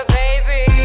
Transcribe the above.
baby